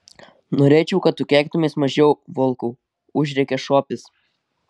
norėčiau kad tu keiktumeis mažiau volkau užrėkė šuopis